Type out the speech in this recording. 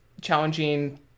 challenging